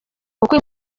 kuko